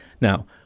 Now